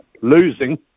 Losing